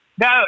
No